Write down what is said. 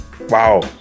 Wow